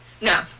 No